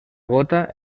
gota